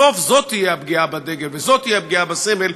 בסוף זאת תהיה הפגיעה בדגל וזאת תהיה הפגיעה בסמל,